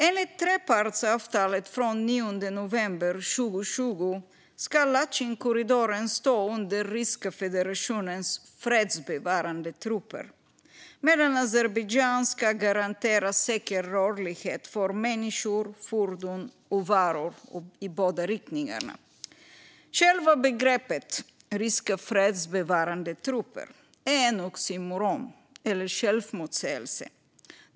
Enligt trepartsavtalet från den 9 november 2020 ska Latjinkorridoren stå under Ryska federationens fredsbevarande trupper medan Azerbajdzjan ska garantera säker rörlighet för människor, fordon och varor i båda riktningarna. Själva begreppet ryska fredsbevarande trupper är en oxymoron, eller självmotsägelse.